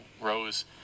Rose